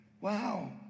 Wow